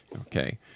okay